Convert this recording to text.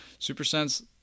SuperSense